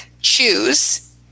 choose